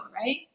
right